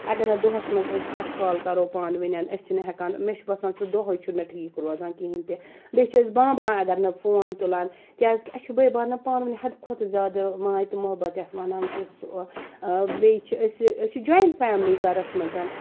اَگَر نہ دۄہَس مَنٛز أسۍ اکھ کال کَرَو پان ؤنۍ أسۍ چھِ نہٕ ہیٚکان مےٚ چھُ باسان سُہ دۄہٕے چھُنہٕ مےٚ ٹھیٖک روزان کِہیٖنۍ تہِ بیٚیہِ چھِ أسۍ بامبران اَگَر نہٕ فون تُلان کیازکہِ اَسہِ چھُ بٲے بارنٮ۪ن حَدٕ کھۄتہٕ زیادٕ ماے تہٕ محبَت یتھ وَنان چھِ سُہ بیٚیہِ چھِ أسۍ أسۍ چھِ جۄیِنٛٹ فیملی گَرَس مَنٛز